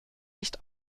nicht